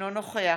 אינו נוכח